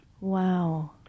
Wow